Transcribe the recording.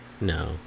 No